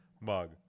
mug